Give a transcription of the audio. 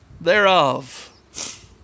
thereof